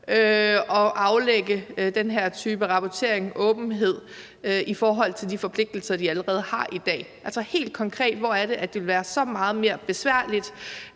at aflægge den her type rapportering og have åbenhed i forhold til de forpligtelser, de allerede har i dag? Altså, hvor er det helt konkret, det vil være så meget mere besværligt?